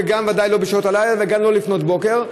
ובוודאי לא בשעות הלילה וגם לא לפנות בוקר.